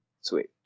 Sweet